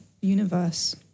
universe